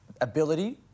Ability